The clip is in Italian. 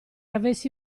avessi